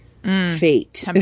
fate